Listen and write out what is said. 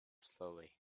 slowly